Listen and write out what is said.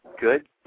Good